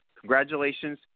congratulations